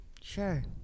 Sure